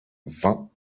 vingt